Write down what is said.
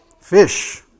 Fish